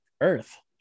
earth